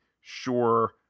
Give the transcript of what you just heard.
sure